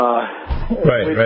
right